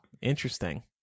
interesting